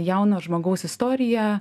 jauno žmogaus istorija